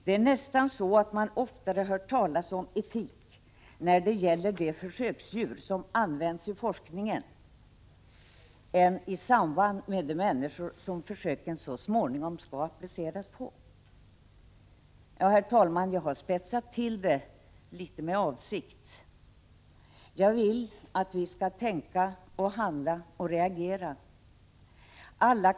Det är nästan så att man oftare hör talas om etik när det gäller de försöksdjur som används i forskningen än i samband med de människor som försöken så småningom skall appliceras på. Herr talman! Jag har spetsat till det litet, med avsikt. Jag vill att vi skall tänka och handla och reagera.